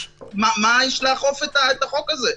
אז מה יש לאכוף את החוק הזה?